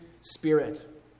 Spirit